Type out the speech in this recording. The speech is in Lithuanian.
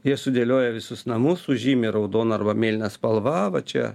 jie sudėlioja visus namus sužymi raudona arba mėlyna spalva va čia